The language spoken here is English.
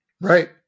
Right